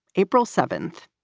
april seventh,